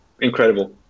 incredible